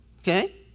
Okay